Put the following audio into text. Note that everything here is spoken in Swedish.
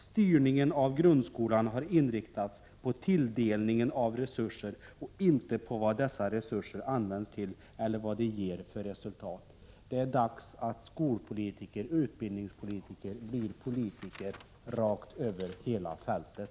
Styrningen av grundskolan har inriktats på tilldelningen av resurser och inte på vad dessa resurser används till eller vad de ger för resultat.” Det är dags att skolpolitiker, utbildningspolitiker, blir politiker rakt över hela fältet.